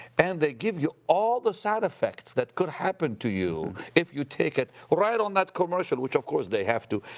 and they give you all the side effects that could happen to you if you take it, right on that commercial, which, of course, they have to,